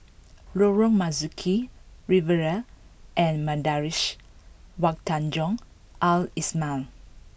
Lorong Marzuki Riviera and Madrasah Wak Tanjong Al islamiah